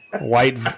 White